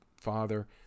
father